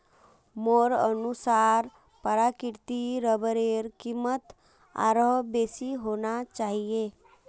मोर अनुसार प्राकृतिक रबरेर कीमत आरोह बेसी होना चाहिए